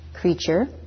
creature